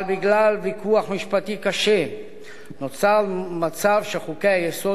אבל בגלל ויכוח משפטי קשה נוצר מצב שחוקי-היסוד